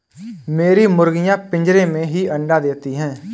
मेरी मुर्गियां पिंजरे में ही अंडा देती हैं